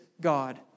God